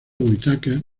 whitaker